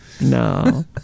No